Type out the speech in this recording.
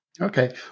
Okay